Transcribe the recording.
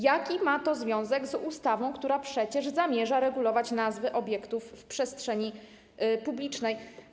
Jaki ma to związek z ustawą, która przecież zamierza regulować nazwy obiektów w przestrzeni publicznej?